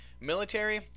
military